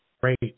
great